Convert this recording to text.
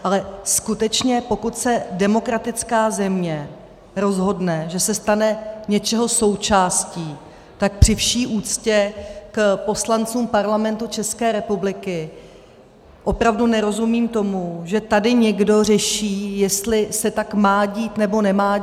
Ale skutečně, pokud se demokratická země rozhodne, že se stane něčeho součástí, tak při vší úctě k poslancům Parlamentu České republiky opravdu nerozumím tomu, že tady někdo řeší, jestli se tak má dít, nebo nemá dít.